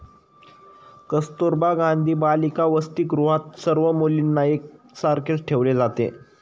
कस्तुरबा गांधी बालिका वसतिगृहात सर्व मुलींना एक सारखेच ठेवले जाते